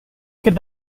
could